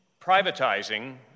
privatizing